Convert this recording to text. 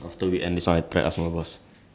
or you you want to go as well